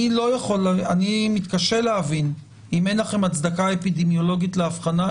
אני מתקשה להבין אם אין לכם הצדקה אפידמיולוגית להבחנה,